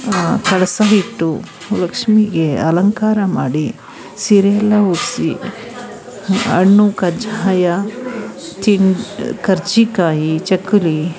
ಕಳಸ ಇಟ್ಟು ಲಕ್ಷ್ಮೀಗೆ ಅಲಂಕಾರ ಮಾಡಿ ಸೀರೆಯೆಲ್ಲ ಉಡಿಸಿ ಹಣ್ಣು ಕಜ್ಜಾಯ ಚಿಣ್ ಕರ್ಜಿಕಾಯಿ ಚಕ್ಕುಲಿ